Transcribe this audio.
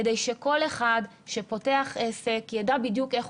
כדי שכל אחד שפותח עסק יידע בדיוק איך